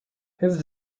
his